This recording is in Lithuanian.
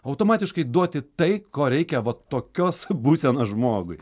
automatiškai duoti tai ko reikia vat tokios būsenos žmogui